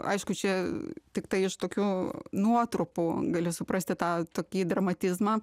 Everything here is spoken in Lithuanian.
aišku čia tiktai iš tokių nuotrupų gali suprasti tą tokį dramatizmą